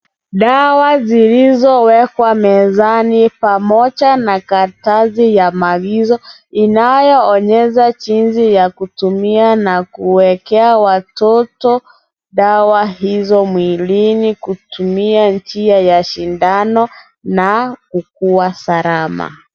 Dawa zilizowekwa mezani pamoja na karatasi ya maagizo inayoonyesha jinsi ya kutumia na kuwekea watoto dawa hizo mwilini kutumia njia ya shindano na kukuwa salama.